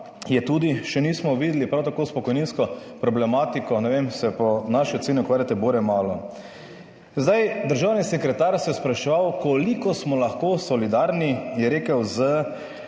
je tudi še nismo videli, prav tako s pokojninsko problematiko, ne vem, se po naši oceni ukvarjate bore malo. Državni sekretar se je spraševal koliko smo lahko solidarni, je rekel, z